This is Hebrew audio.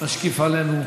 משקיף עלינו.